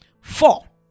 Four